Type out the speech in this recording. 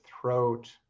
throat